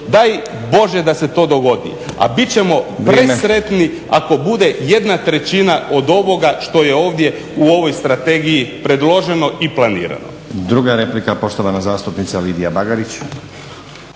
Daj Bože da se to dogodi, a bit ćemo presretni ako bude 1/3 od ovoga što je ovdje u ovoj strategiji predloženo i planirano.